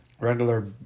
regular